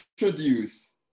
introduce